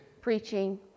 preaching